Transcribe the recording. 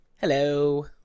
Hello